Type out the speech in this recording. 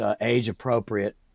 age-appropriate